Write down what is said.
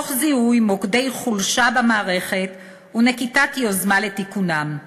תוך זיהוי מוקדי חולשה במערכת ונקיטת יוזמה לתיקונם.